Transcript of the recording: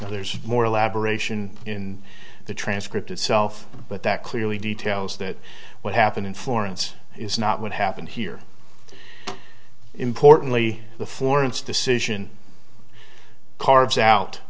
now there's more elaboration in the transcript itself but that clearly details that what happened in florence is not what happened here importantly the for instance cision carves out